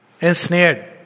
ensnared